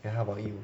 then how about you